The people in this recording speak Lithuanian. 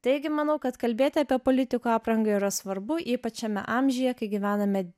taigi manau kad kalbėti apie politikų aprangą yra svarbu ypač šiame amžiuje kai gyvename